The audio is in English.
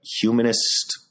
humanist